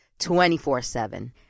24-7